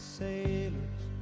sailors